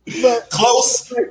Close